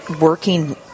working